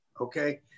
Okay